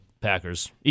Packers